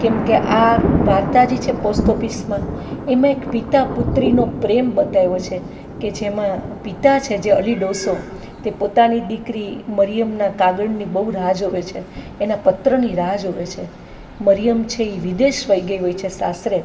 કેમકે આ વાર્તા જે છે પોસ્ટ ઓફિસમાં એમાં એક પિતા પુત્રીનો પ્રેમ બતાવ્યો છે કે જેમાં પિતા છે જે અલી ડોસો તે પોતાની દીકરી મરિયમના કાગળની બહુ રાહ જુએ છે એના પત્રની રાહ જુએ છે મરિયમ છે એ વિદેશ ચાલી ગઈ હોય છે સાસરે